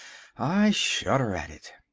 i shudder at it.